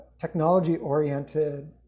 technology-oriented